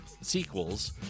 sequels